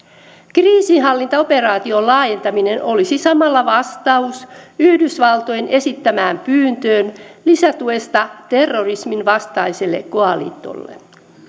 kriisinhallintaoperaation laajentaminen olisi samalla vastaus yhdysvaltojen esittämään pyyntöön lisätuesta terrorismin vastaiselle koalitiolle